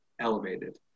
elevated